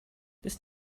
this